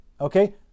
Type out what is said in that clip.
okay